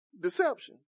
deception